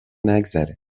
نگذره